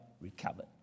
Recovered